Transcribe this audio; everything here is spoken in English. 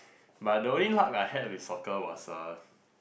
but the only luck I had with soccer was uh